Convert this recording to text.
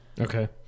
Okay